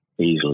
Easily